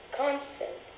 constant